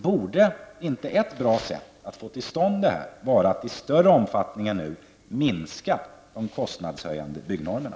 Borde inte ett bra sätt att göra det vara att i större omfattning än nu minska de kostnadshöjande byggnormerna?